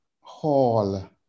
Hall